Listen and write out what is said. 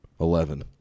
eleven